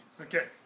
Okay